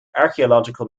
archaeological